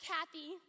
Kathy